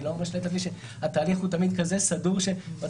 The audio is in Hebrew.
אני לא משלה את עצמי שהתהליך הוא תמיד כזה סדור שמתחילים